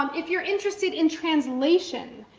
um if you're interested in translation,